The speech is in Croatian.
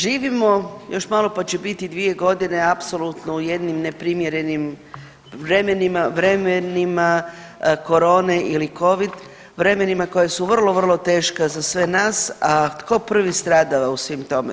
Živimo još malo pa će biti 2 godine apsolutno u jednim neprimjerenim vremenima korone ili Covid, vremenima koja su vrlo, vrlo teška za sve nas, a tko prvi stradava u svim tome.